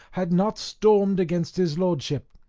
had not stormed against his lordship.